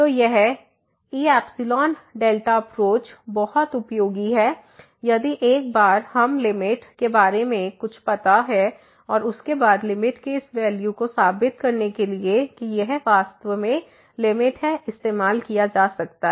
तो यह ई εδ अप्रोच बहुत उपयोगी है यदि एक बार हम लिमिट के बारे में कुछ पता है और उसके बाद लिमिट के इस वैल्यू को साबित करने के लिए कि यह वास्तव में लिमिट है इस्तेमाल किया जा सकता है